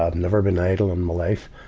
ah never been idle in my life.